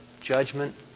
Judgment